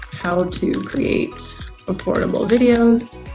how to create affordable videos,